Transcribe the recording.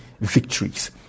victories